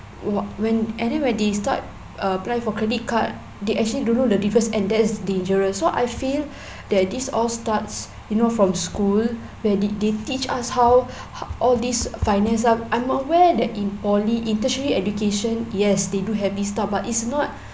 what when and then when they start apply for credit card they actually don't know the difference and that's dangerous so I feel that this all starts you know from school where they they teach us how all these finance ah I'm aware that in poly in tertiary education yes they do have this stuff but it's not